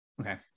Okay